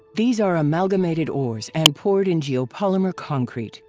these are um ah agglomerated ores and poured in geopolymer concrete.